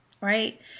Right